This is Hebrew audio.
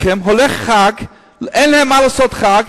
אין להם פת לחם, אין להם עם מה לעשות את החג.